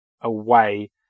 away